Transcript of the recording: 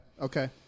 Okay